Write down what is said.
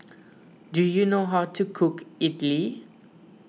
do you know how to cook Idili